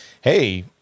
hey